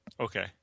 okay